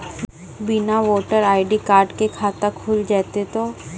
बिना voter ID card के खाता खुल जैते तो?